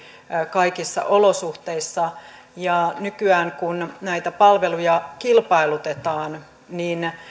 kaikissa olosuhteissa ja nykyään kun näitä palveluja kilpailutetaan niin